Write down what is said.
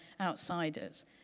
outsiders